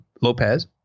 Lopez